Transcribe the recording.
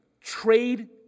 trade